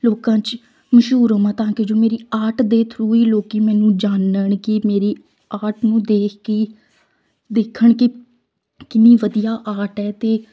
ਲੋਕਾਂ 'ਚ ਮਸ਼ਹੂਰ ਹੋਵਾਂ ਤਾਂ ਕਿ ਜੋ ਮੇਰੀ ਆਰਟ ਦੇ ਥਰੂ ਹੀ ਲੋਕ ਮੈਨੂੰ ਜਾਨਣ ਕਿ ਮੇਰੀ ਆਰਟ ਨੂੰ ਦੇਖ ਕੇ ਦੇਖਣ ਕਿ ਕਿੰਨੀ ਵਧੀਆ ਆਰਟ ਹੈ ਅਤੇ